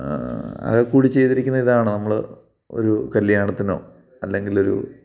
ആകെക്കൂടി ചെയ്തിരിക്കുന്നത് ഇതാണ് നമ്മൾ ഒരു കല്യാണത്തിനോ അല്ലെങ്കിലൊരു